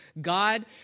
God